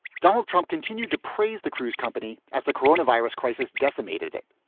donald trump continued to praise the cruise company as the corona virus crisis decimated it.